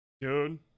Dude